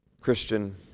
Christian